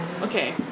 Okay